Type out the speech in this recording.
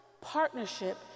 partnership